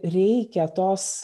reikia tos